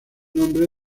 nombre